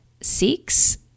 Six